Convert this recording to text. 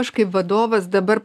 aš kaip vadovas dabar